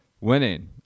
winning